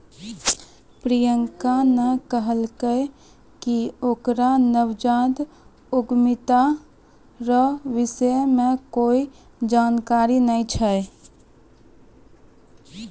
प्रियंका ने कहलकै कि ओकरा नवजात उद्यमिता रो विषय मे कोए जानकारी नै छै